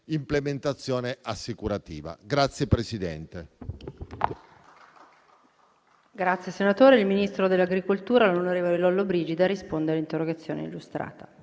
dell'implementazione assicurativa.